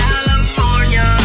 California